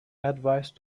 advice